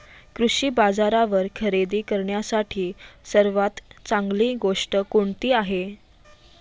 कृषी बाजारावर खरेदी करण्यासाठी सर्वात चांगली गोष्ट कोणती आहे?